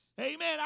Amen